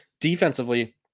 defensively